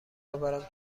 آورم